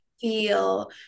feel